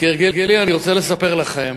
כהרגלי, אני רוצה לספר לכם